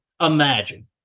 Imagine